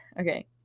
Okay